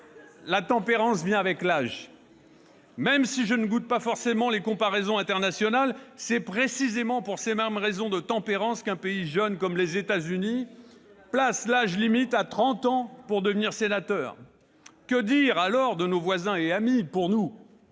la tempérance vient avec l'âge. Je ne goûte pas forcément les comparaisons internationales, mais c'est précisément pour cette raison de tempérance qu'un pays jeune comme les États-Unis place l'âge minimal à trente ans pour devenir sénateur. Et que dire alors de nos voisins et amis Italiens